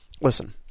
listen